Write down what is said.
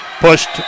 pushed